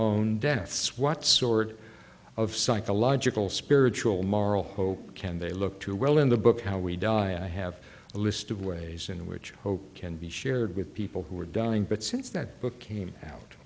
own deaths what sort of psychological spiritual moral hope can they look too well in the book how we die i have a list of ways in which hope can be shared with people who are dying but since that book came out